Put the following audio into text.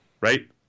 Right